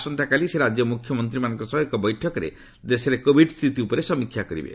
ଆସନ୍ତାକାଲି ସେ ରାଜ୍ୟ ମୁଖ୍ୟମନ୍ତ୍ରୀମାନଙ୍କ ସହ ଏକ ବୈଠକରେ ଦେଶରେ କୋଭିଡ୍ ସ୍ଥିତି ଉପରେ ସମୀକ୍ଷା କରିବେ